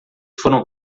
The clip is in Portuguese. foram